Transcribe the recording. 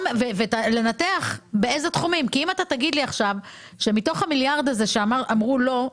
ולנתח באיזה תחומים כי אם תגיד לי שמתוך המיליארד הזה שאמרו לא,